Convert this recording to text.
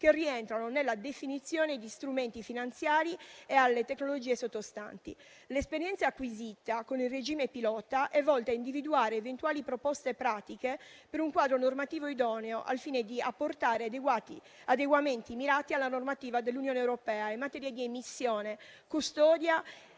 che rientrano nella definizione di strumenti finanziari e alle tecnologie sottostanti. L'esperienza acquisita con il regime pilota è volta a individuare eventuali proposte pratiche per un quadro normativo idoneo al fine di apportare adeguamenti mirati alla normativa dell'Unione europea in materia di emissione, custodia